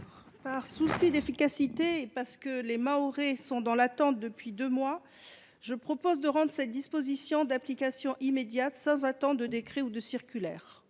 Par souci d’efficacité et parce que les Mahorais sont dans l’attente depuis deux mois, je propose une application immédiate, sans attendre de décret ou de circulaire.